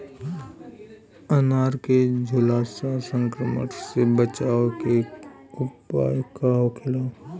अनार के झुलसा संक्रमण से बचावे के उपाय का होखेला?